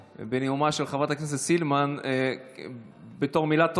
בנאומה של חברת הכנסת סילמן במילת תודה,